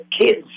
kids